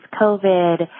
COVID